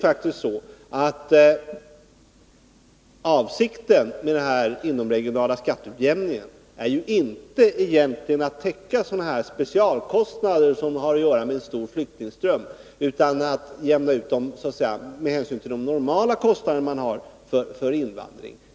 Dessutom är avsikten med den inomregionala skatteutjämningen egentligen inte att täcka sådana här specialkostnader som har att göra med en stor flyktingström, utan att jämna ut de så att säga normala kostnader man har för invandringen.